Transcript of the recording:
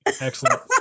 Excellent